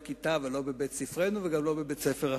אתה עולה כיתה אבל לא בבית-ספרנו וגם לא בבית-ספר אחר.